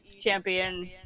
champions